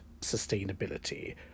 sustainability